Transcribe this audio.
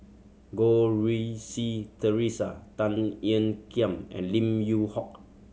Goh Rui Si Theresa Tan Ean Kiam and Lim Yew Hock